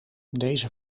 deze